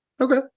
Okay